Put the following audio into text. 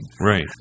Right